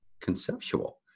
conceptual